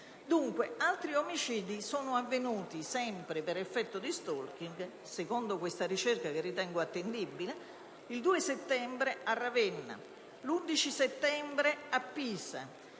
Altri omicidi sono avvenuti, sempre per effetto di *stalking*, secondo questa ricerca che ritengo attendibile, il 2 settembre a Ravenna, l'11 settembre a Pisa,